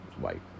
White